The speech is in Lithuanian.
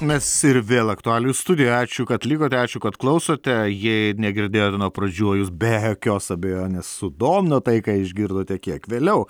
mes ir vėl aktualijų studijoje ačiū kad likote ačiū kad klausote jei negirdėjot nuo pradžių jus be jokios abejonės sudomino tai ką išgirdote kiek vėliau